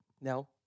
No